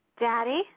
Daddy